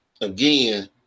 again